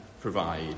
provide